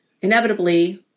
inevitably